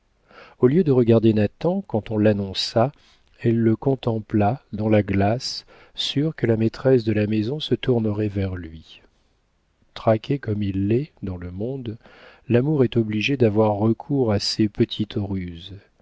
au lieu de regarder nathan quand on l'annonça elle le contempla dans la glace sûre que la maîtresse de la maison se tournerait vers lui traqué comme il l'est dans le monde l'amour est obligé d'avoir recours à ces petites ruses